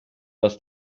dass